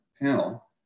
panel